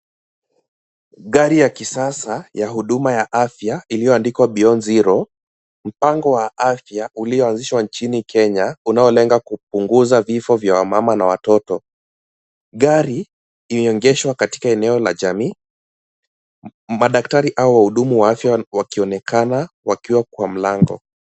Gari ya kisasa ya huduma ya afya, iliyoandikwa Beyond Zero, mpango wa afya ulio anzishwa nchini Kenya, unaolenga kupunguza vifo vya wamama na watoto. Gari imeongeshwa katika eneo la jamii, madaktari au wahudumu wa afya wakionekana wakiwa kwa mlango.